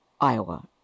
Iowa